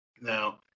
Now